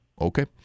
Okay